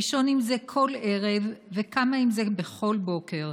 לישון עם זה כל ערב, וקמה עם זה בכל בוקר.